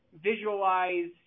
visualize